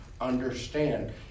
understand